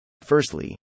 Firstly